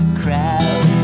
crowd